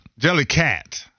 Jellycat